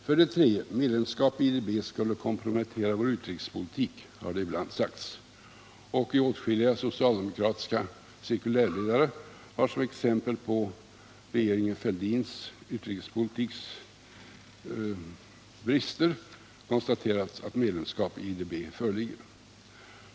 För det tredje: Medlemskap i IDB skulle kompromettera vår utrikespolitik, hardet ibland sagts, och i åtskilliga socialdemokratiska cirkulärledare har som exempel på bristerna i regeringen Fälldins utrikespolitik konstaterats att medlemskap i IDB föreligger.